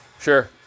Sure